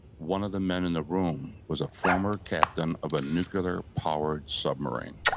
one of the men in the room was a former captain of a nuclear powered submarine.